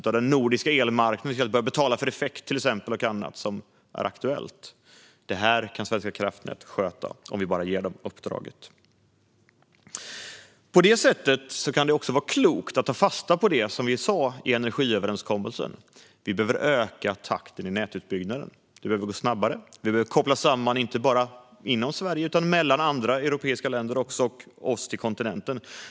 På den nordiska elmarknaden kan vi till exempel betala för effekt och annat som är aktuellt. Detta kan Svenska kraftnät sköta om vi bara ger dem uppdraget. På det sättet kan det också vara klokt att ta fasta på det vi sa i energiöverenskommelsen: Vi behöver öka takten i nätutbyggnaden. Det behöver gå snabbare. Vi behöver koppla samman inte bara inom Sverige utan också mellan andra europeiska länder och mellan oss och kontinenten.